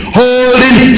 holding